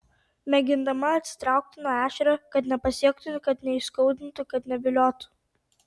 mėgindama atsitraukti nuo ešerio kad nepasiektų kad neįskaudintų kad neviliotų